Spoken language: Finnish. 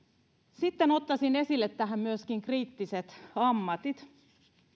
sitten ottaisin esille tähän myöskin kriittiset ammatit